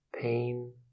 pain